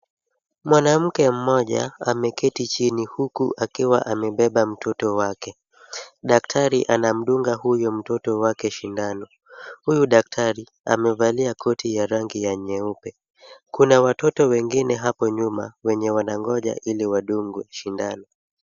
Mwanamke mmoja ameketi chini huku akiwa amebeba mtoto wake. Daktari anamdunga mtoto wake sindano. Huyu daktari amevalia koti ya rangi nyeupe. Kuna watoto wengine hapo nyuma wenye wanangoja ili wadungwe sindano.